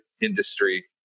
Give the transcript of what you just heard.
industry